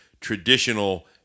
traditional